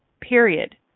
Period